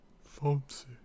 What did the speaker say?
fancy